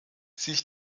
sich